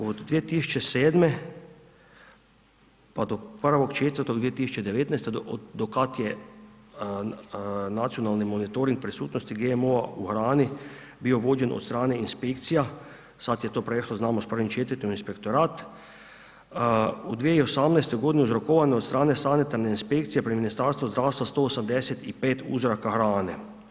Od 2007. pa do 1.4.2019. do kad je nacionalni monitoring prisutnosti GMO-a u hranu bio vođen od strane inspekcija, sad je to prešlo, znamo, s 1.4. u inspektorat, u 2018. g. uzorkovano je od strane sanitarne inspekcije pri Ministarstvu zdravstva 185 uzoraka hrane.